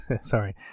Sorry